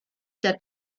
der